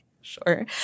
Sure